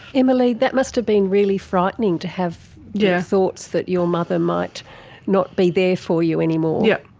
emma leigh, that must have been really frightening, to have yeah thoughts that your mother might not be there for you anymore. yes,